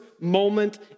moment